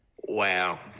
Wow